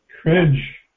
Cringe